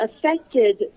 affected